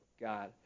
God